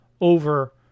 over